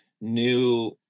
new